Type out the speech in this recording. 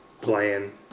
playing